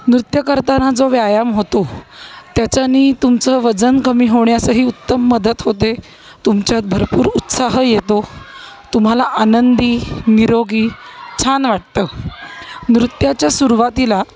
नृत्य करताना जो व्यायाम होतो त्याच्याने तुमचं वजन कमी होण्यासही उत्तम मदत होते तुमच्यात भरपूर उत्साह येतो तुम्हाला आनंदी निरोगी छान वाटतं नृत्याच्या सुरवातीला